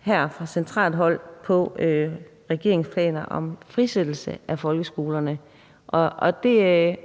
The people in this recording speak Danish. her fra centralt hold så på regeringens planer om frisættelse af folkeskolerne?